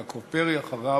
אחריו, יעקב פרי, אחריו,